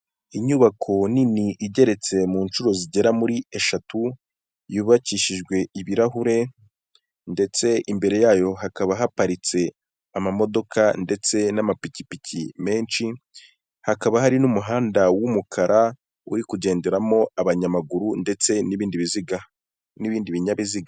Inyubako nini igeretse mu nshuro zigera muri eshatu, yubakishijwe ibirahure ndetse imbere yayo hakaba haparitse amamodoka ndetse n'amapikipiki menshi, hakaba hari n'umuhanda w'umukara uri kugenderamo abanyamaguru ndetse n'ibindi biziga n'ibindi binyabiziga.